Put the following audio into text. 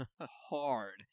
hard